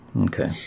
Okay